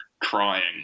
crying